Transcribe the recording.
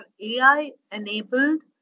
AI-enabled